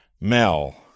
Mel